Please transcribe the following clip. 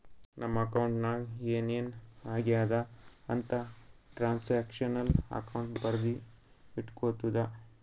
ನಮ್ ಅಕೌಂಟ್ ನಾಗ್ ಏನ್ ಏನ್ ಆಗ್ಯಾದ ಅಂತ್ ಟ್ರಾನ್ಸ್ಅಕ್ಷನಲ್ ಅಕೌಂಟ್ ಬರ್ದಿ ಇಟ್ಗೋತುದ